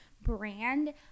brand